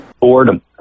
Boredom